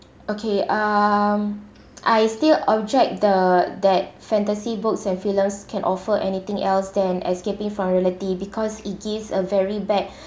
okay um I still object the that fantasy books and films can offer anything else than escaping from reality because it gives a very bad